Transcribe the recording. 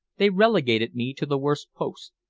they relegated me to the worst post.